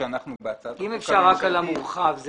רק על המורחב.